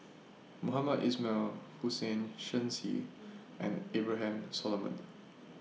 Mohamed Ismail Hussain Shen Xi and Abraham Solomon